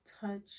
touch